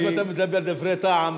היות שאתה מדבר דברי טעם,